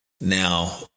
Now